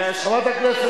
קרדום לחפור בו.